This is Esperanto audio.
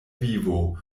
vivo